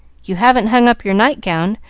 you haven't hung up your night-gown,